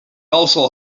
also